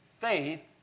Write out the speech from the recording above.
faith